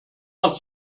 hat